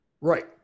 Right